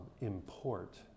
import